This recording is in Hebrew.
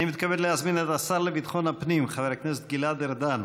אני מתכבד להזמין את השר לביטחון הפנים חבר הכנסת גלעד ארדן